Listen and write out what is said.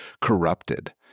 corrupted